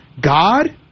God